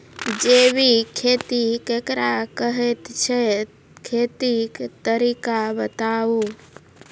जैबिक खेती केकरा कहैत छै, खेतीक तरीका बताऊ?